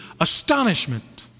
astonishment